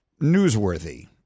newsworthy